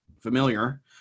familiar